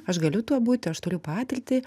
aš galiu tuo būti aš turiu patirtį